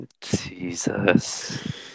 Jesus